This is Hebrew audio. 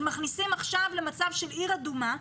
מכניסים עכשיו למצב של עיר אדומה,